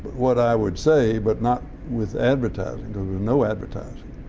what i would say, but not with advertising because i know advertising,